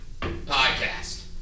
podcast